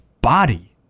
body